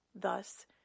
Thus